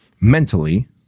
mentally